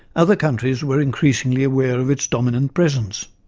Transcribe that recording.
other countries were increasingly aware of its dominant presence.